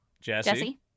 Jesse